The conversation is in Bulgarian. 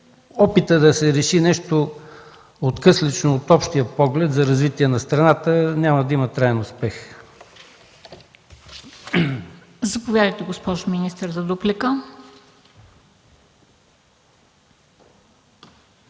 опитът да се реши нещо откъслечно от общия поглед за развитие на страната, няма да има траен успех.